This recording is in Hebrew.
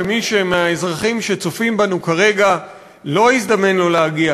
ומי מהאזרחים שצופים בנו כרגע לא הזדמן לו להגיע